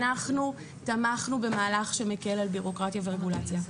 תמכנו במהלך שמקל על ביורוקרטיה ורגולציה.